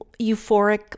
euphoric